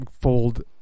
fold